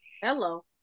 hello